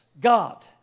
God